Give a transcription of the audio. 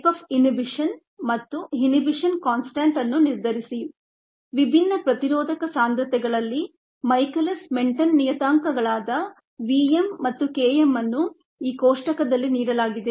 type of inhibition ಪ್ರತಿಬಂಧದ ವಿಧtype of inhibition ಮತ್ತು ಇನ್ಹಿಬಿಷನ್ ಕಾನ್ಸ್ಟಂಟ್ ಪ್ರತಿಬಂಧದ ಕಾನ್ಸ್ಟಂಟ್inhibition constant ಅನ್ನು ನಿರ್ಧರಿಸಿ ವಿಭಿನ್ನ ಪ್ರತಿರೋಧಕ ಸಾಂದ್ರತೆಗಳಲ್ಲಿ ಮೈಕೆಲಿಸ್ ಮೆನ್ಟೆನ್ ನಿಯತಾಂಕಗಳಾದ Vm ಮತ್ತು Km ಅನ್ನು ಈ ಕೋಷ್ಟಕದಲ್ಲಿ ನೀಡಲಾಗಿದೆ